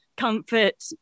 comfort